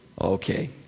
Okay